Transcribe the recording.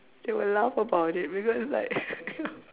they will laugh about it because like